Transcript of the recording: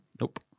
nope